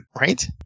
right